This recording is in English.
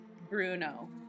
Bruno